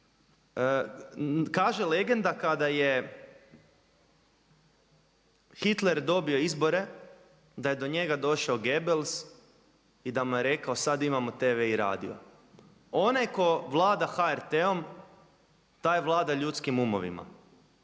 Kaže legenda kada je Hitler dobio izbore da je do njega došao Goebbels i da mu je rekao sada imamo TV i radio. Onaj tko vlada HRT-om taj vlada ljudskim umovima.